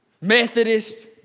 Methodist